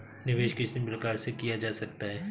निवेश कितनी प्रकार से किया जा सकता है?